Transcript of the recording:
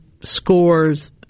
scores